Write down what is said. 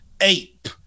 ape